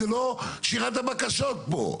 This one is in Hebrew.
זה לא שירת הבקשות פה.